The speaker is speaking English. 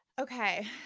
Okay